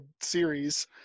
series